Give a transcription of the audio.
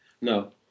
No